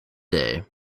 day